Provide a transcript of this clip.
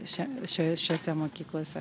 šia šio šiose mokyklose